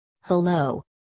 Hello